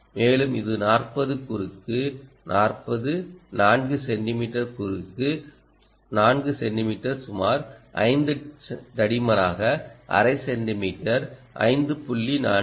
மேலும் இது 40 குறுக்கு 40 4 சென்டிமீட்டர் குறுக்கு 4 சென்டிமீட்டர் சுமார் 5 தடிமனாக அரை சென்டிமீட்டர் 5